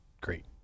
great